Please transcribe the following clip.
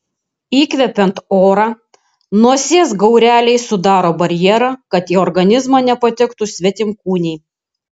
įkvepiant orą nosies gaureliai sudaro barjerą kad į organizmą nepatektų svetimkūniai